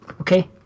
okay